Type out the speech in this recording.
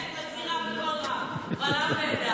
הינה, אני מצהירה קבל עם ועדה.